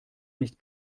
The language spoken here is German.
nicht